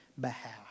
behalf